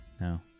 No